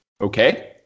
Okay